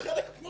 כמו